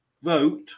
vote